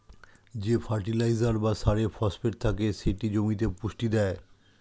যে ফার্টিলাইজার বা সারে ফসফেট থাকে সেটি জমিতে পুষ্টি দেয়